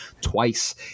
twice